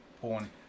porn